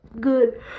good